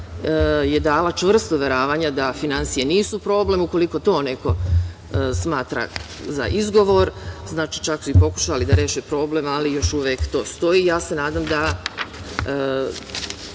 je dala čvrsta uveravanja da finansije nisu problem. Ukoliko to neko smatra za izgovor, znači, čak su pokušali da reše problem, ali još uvek to stoji i ja se nadam da